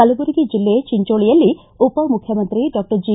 ಕಲಬುರಗಿ ಜಿಲ್ಲೆ ಚಿಂಚೋಳಿಯಲ್ಲಿ ಉಪ ಮುಖ್ಯಮಂತ್ರಿ ಡಾಕ್ಟರ್ ಜಿ